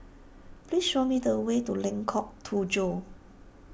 please show me the way to Lengkok Tujoh